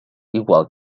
igual